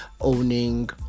owning